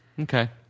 okay